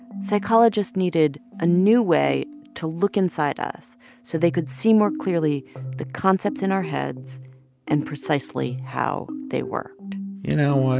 psychologists needed a new way to look inside us so they could see more clearly the concepts in our heads and precisely how they worked you know what?